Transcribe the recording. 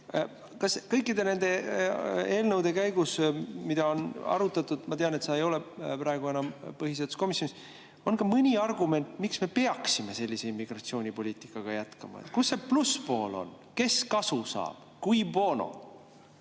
Kas kõikide nende eelnõude käigus, mida on arutatud – ma tean, et sa ei ole praegu põhiseaduskomisjoni liige –, on ka mõni argument, miks me peaksime sellise immigratsioonipoliitikaga jätkama? Kus see plusspool on? Kes sellest kasu saab? Cui bono?